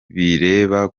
bireba